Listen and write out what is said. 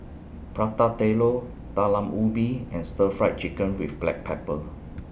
Prata Telur Talam Ubi and Stir Fried Chicken with Black Pepper